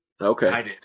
Okay